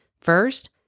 First